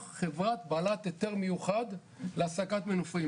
חברה בעלת היתר מיוחד להעסקת מנופאים.